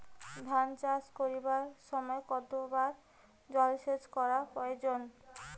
ধান চাষ করিবার সময় কতবার জলসেচ করা প্রয়োজন?